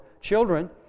Children